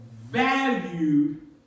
valued